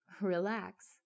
relax